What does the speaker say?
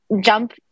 jump